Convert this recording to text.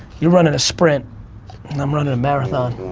you're running a sprint and i'm running a marathon.